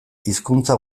hizkuntza